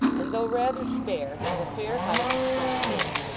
and though rather spare, of a fair height and strong make.